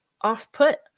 off-put